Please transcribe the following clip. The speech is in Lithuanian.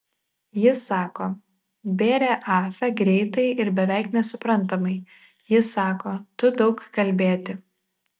ji sako bėrė afe greitai ir beveik nesuprantamai ji sako tu daug kalbėti